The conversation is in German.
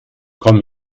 komm